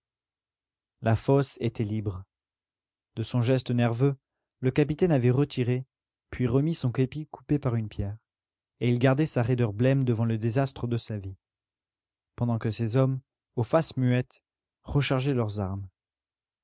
la fosse était libre de son geste nerveux le capitaine avait retiré puis remis son képi coupé par une pierre et il gardait sa raideur blême devant le désastre de sa vie pendant que ses hommes aux faces muettes rechargeaient leurs armes